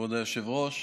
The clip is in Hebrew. כבוד היושב-ראש,